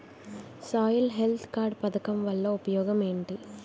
Soil health card పథకం వల్ల ఉపయోగం ఏంటి?